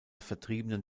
vertriebenen